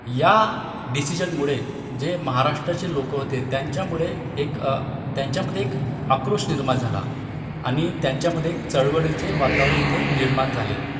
या डिसिजनमुळे जे महाराष्ट्राचे लोक होते त्यांच्यामुळे एक त्यांच्यामध्ये एक आक्रोश निर्माण झाला आणि त्यांच्यामध्ये एक चळवळीचे वातावरण इथे निर्माण झाले